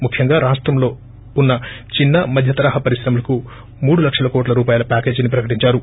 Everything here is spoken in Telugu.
ముఖ్యంగా రాష్టంలో ఉన్న చిన్న మధ్యతరహా పరిశ్రమలకు మూడు లక్షల కోట్ల రూపాయల ప్యాకేజీ ప్రకటించారు